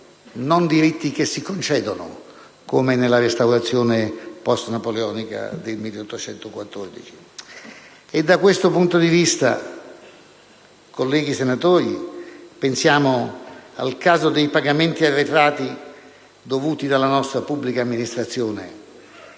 non diritti che si concedono, come nella restaurazione post-napoleonica del 1814. Da questo punto di vista, colleghi senatori, pensiamo al caso dei pagamenti arretrati dovuti dalla nostra pubblica amministrazione,